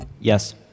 Yes